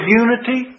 unity